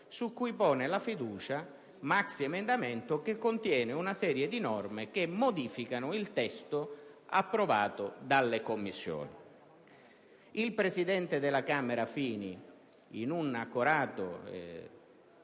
stata posta la fiducia. Tale maxiemendamento conteneva una serie di norme che modificavano il testo approvato dalla Commissione. Il presidente della Camera Fini, in un accorato